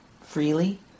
freely